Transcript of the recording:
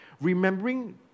Remembering